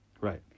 Right